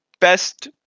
best